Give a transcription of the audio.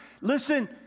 listen